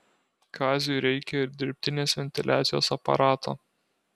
kaziui reikia ir dirbtinės ventiliacijos aparato